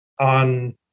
on